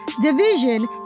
division